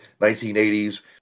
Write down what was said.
1980s